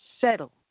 settle